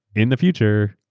in the future,